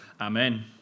Amen